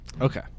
Okay